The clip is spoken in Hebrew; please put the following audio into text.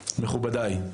מכובדיי.